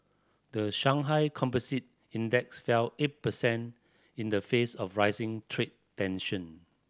the Shanghai Composite Index fell eight percent in the face of rising trade tension